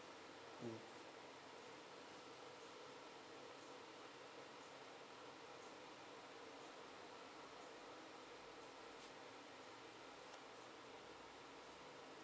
mm